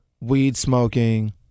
weed-smoking